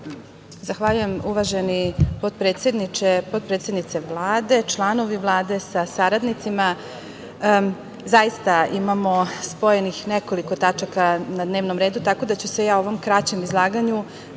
Zahvaljujem, uvaženi potpredniče. Potpredsednice Vlade, članovi Vlade sa saradnicima, zaista imamo spojenih nekoliko tačaka na dnevnom redu, tako da ću se ja u ovom kraćem izlaganju